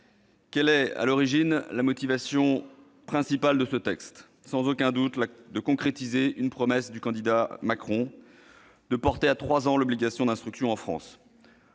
Quelle est, à l'origine, la motivation principale de ce texte ? Sans aucun doute, celle de concrétiser la promesse du candidat Macron de porter à 3 ans l'âge de l'instruction obligatoire.